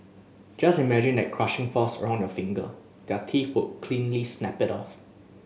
just imagine that crushing force around your finger their teeth would cleanly snap it off